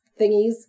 thingies